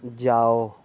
جاؤ